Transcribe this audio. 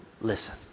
Listen